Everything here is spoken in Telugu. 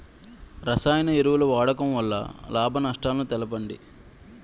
రసాయన ఎరువుల వాడకం వల్ల లాభ నష్టాలను తెలపండి?